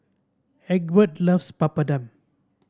Egbert loves Papadum